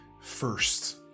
first